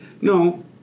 no